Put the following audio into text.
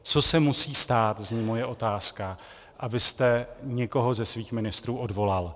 Co se musí stát, zní moje otázka, abyste někoho ze svých ministrů odvolal?